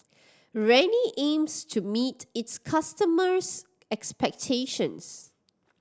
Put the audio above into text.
Rene aims to meet its customers' expectations